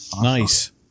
Nice